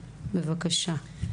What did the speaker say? בבקשה.